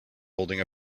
holding